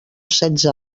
setze